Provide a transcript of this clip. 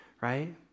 right